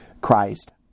Christ